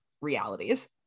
realities